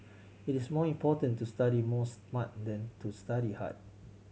it is more important to study more smart than to study hard